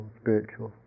spiritual